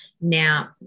Now